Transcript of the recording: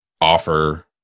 offer